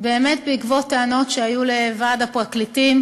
באמת בעקבות טענות שהיו לוועד הפרקליטים